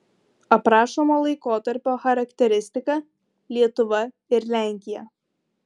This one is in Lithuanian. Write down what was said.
aprašomo laikotarpio charakteristika lietuva ir lenkija